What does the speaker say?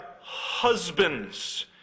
husbands